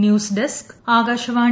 news desk Akashvani